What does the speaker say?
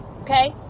okay